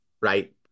right